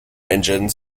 engines